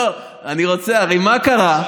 בשעה הזאת, לא, הרי מה קרה?